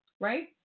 right